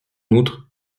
outre